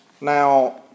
Now